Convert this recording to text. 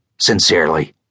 Sincerely